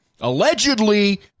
Allegedly